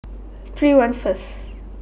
three one First